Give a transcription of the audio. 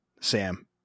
Sam